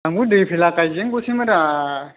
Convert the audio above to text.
आंबो दै फैब्ला गायजेनगौसैमोनब्रा